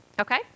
Okay